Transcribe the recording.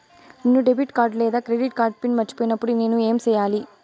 నేను debit card లేదా credit card PIN మర్చిపోయినప్పుడు నేను ఏమి సెయ్యాలి?